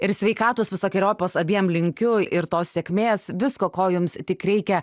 ir sveikatos visokeriopos abiem linkiu ir tos sėkmės visko ko jums tik reikia